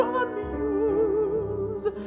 amuse